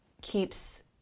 keeps